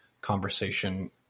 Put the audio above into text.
conversation